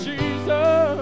Jesus